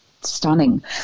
stunning